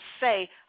say